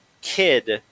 kid